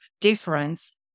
difference